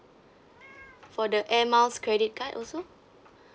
for the air miles credit card also